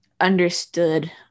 understood